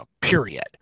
period